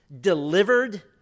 Delivered